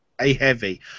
A-heavy